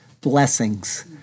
Blessings